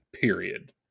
period